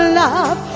love